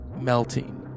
melting